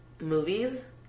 movies